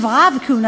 דקות.